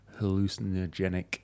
hallucinogenic